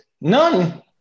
None